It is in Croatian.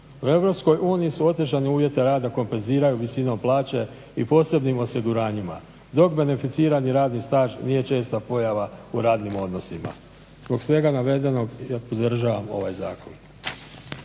uniji se otežani uvjeti rada kompenziraju visinom plaće i posebnim osiguranjima dok beneficirani radni staž nije česta pojava u radnim odnosima. Zbog svega navedenog ja podržavam ovaj Zakon.